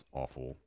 awful